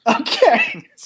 Okay